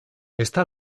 está